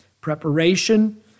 preparation